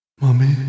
Mummy